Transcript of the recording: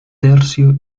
tercio